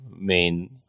main